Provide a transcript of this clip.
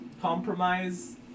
Compromise